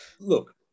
Look